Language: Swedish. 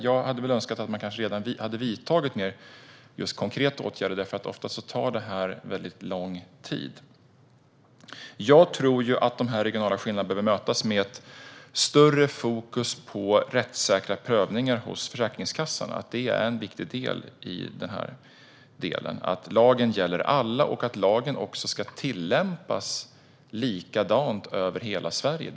Jag hade önskat att man redan vidtagit mer konkreta åtgärder eftersom det ofta tar lång tid. Jag tror att de regionala skillnaderna behöver mötas med ett större fokus på rättssäkra prövningar hos Försäkringskassan; det är en viktig del. Lagen ska gälla alla, och lagen ska också tillämpas likadant över hela Sverige.